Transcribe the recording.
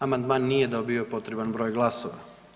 Amandman nije dobio potreban broj glasova.